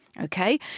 Okay